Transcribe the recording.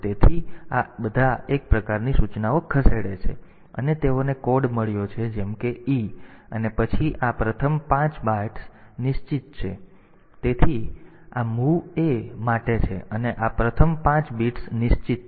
તેથી આ બધા એક પ્રકારની સૂચનાઓ ખસેડે છે અને તેઓને કોડ મળ્યો છે જેમ કે E અને પછી આ પ્રથમ 5 બિટ્સ નિશ્ચિત છે તેથી આ mov a માટે છે અને આ પ્રથમ 5 બિટ્સ નિશ્ચિત છે